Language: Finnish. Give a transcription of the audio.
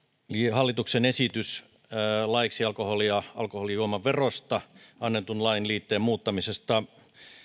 hallituksen esitys laiksi alkoholi ja alkoholijuomaverosta annetun lain liitteen muuttamisesta